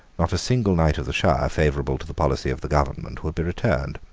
not a single knight of the shire favourable to the policy of the government would be returned.